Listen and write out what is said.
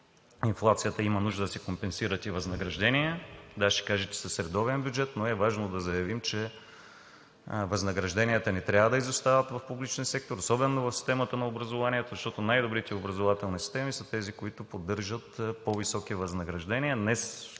инфлацията има нужда да се компенсират и възнаграждения. Да, ще кажете: с редовен бюджет. Важно е да заявим, че възнагражденията не трябва да изостават в публичния сектор, особено в системата на образованието, защото най-добрите образователни системи са тези, които поддържат по високи възнаграждения. Днес